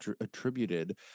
attributed